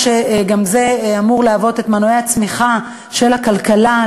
גם זה אמור להוות את מנועי הצמיחה של הכלכלה,